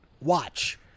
watch